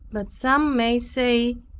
but some may say,